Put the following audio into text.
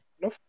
No